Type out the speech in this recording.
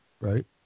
right